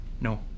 No